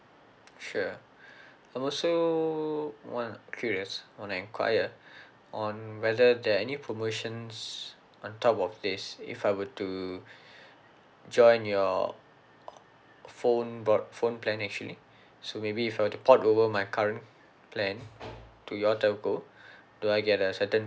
sure I'm also want to curious want to enquire on whether there're any promotions on top of this if I were to join your phone broad phone plan actually so maybe if I were to port over my current plan to your telco do I get a certain